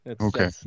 Okay